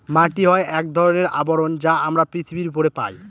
মাটি হয় এক ধরনের আবরণ যা আমরা পৃথিবীর উপরে পায়